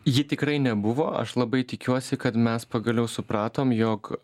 ji tikrai nebuvo aš labai tikiuosi kad mes pagaliau supratom jog